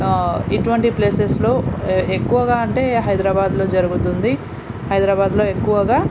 ఇటువంటి ప్లేసెస్లో ఎ ఎక్కువగా అంటే హైదరాబాద్లో జరుగుతుంది హైదరాబాద్లో ఎక్కువగా